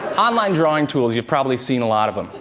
online drawing tools you've probably seen a lot of them.